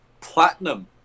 Platinum